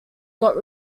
got